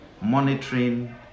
monitoring